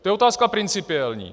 To je otázka principiální.